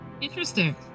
Interesting